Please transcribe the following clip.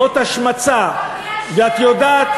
זאת השמצה, ואת יודעת,